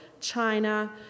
China